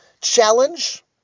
challenge